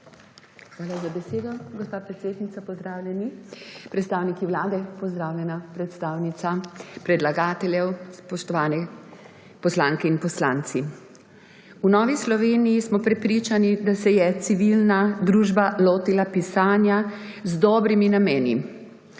Hvala za besedo, gospa predsednica. Pozdravljeni predstavniki Vlade, pozdravljena predstavnica predlagateljev, spoštovane poslanke in poslanci! V Novi Sloveniji smo prepričani, da se je civilna družba lotila pisanja z dobrimi nameni.